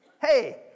Hey